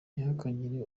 ntihakagire